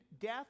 death